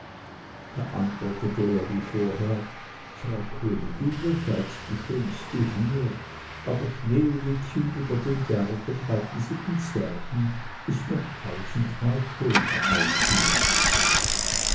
da antwortete er wie vorher frau königin ihr seid die schönste hier aber sneewittchen über den bergen bei den sieben zwergen ist noch tausendmal schöner als ihr